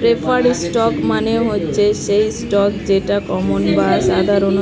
preferred stock মানে হচ্ছে সেই স্টক যেটা কমন বা সাধারণ